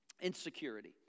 Insecurity